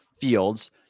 fields